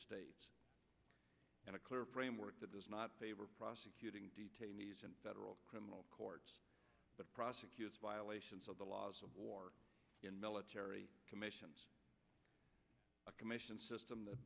states and a clear framework that does not favor prosecuting detainees and federal criminal courts but prosecutors violations of the laws of war in military commissions a commission system that